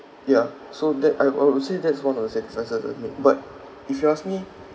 ya so that I I would say that's one of the sacrifices I've made but if you ask me